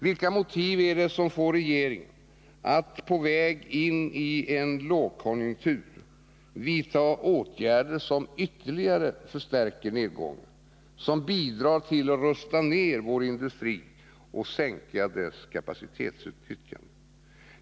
Vilka motiv är det som får regeringen att på väg in i en lågkonjunktur vidta åtgärder som ytterligare förstärker nedgången, som bidrar till att rusta ner vår industri och sänka kapacitetsutnyttjandet?